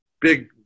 big